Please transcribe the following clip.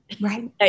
Right